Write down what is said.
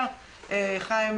בחדר,